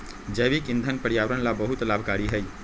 जैविक ईंधन पर्यावरण ला बहुत लाभकारी हई